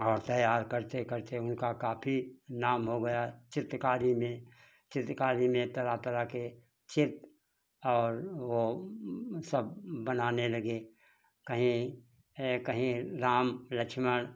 और तैयार करते करते उनका काफ़ी नाम हो गया चित्रकारी में चित्रकारी में तरह तरह के चित्र और वह सब बनाने लगे कहीं कहीं राम लक्ष्मण